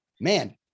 man